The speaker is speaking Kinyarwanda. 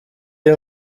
iri